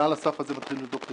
מעל הסף הזה מתחילים לבדוק את